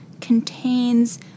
contains